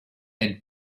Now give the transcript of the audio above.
and